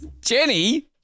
Jenny